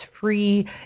free